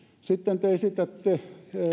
sitten te esitätte